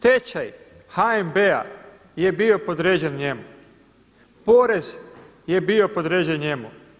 Tečaj HNB-a je bio podređen njemu, porez je bio podređen njemu.